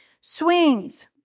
swings